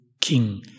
king